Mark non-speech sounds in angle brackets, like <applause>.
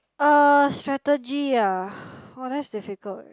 uh strategy ah <breath> !wah! that's difficult